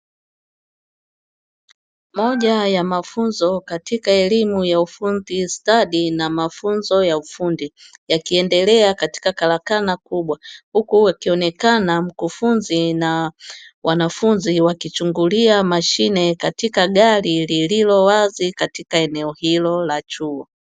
Moja ya mafunzo katika elimu ya ufundi stadi na mafunzo ya ufundi, yakiendelea katika karakana kubwa, huku akionekana mkufunzi na wanafunzi wakichungulia mashine katika gari, lililo wazi katika eneo hilo la chuo.